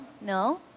no